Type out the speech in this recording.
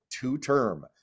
two-term